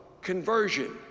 conversion